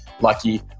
lucky